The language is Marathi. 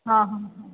हां हां हां